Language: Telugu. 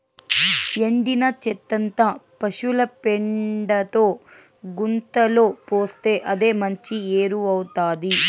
ఎండిన చెత్తంతా పశుల పెండతో గుంతలో పోస్తే అదే మంచి ఎరువౌతాది